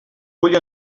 vull